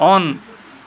on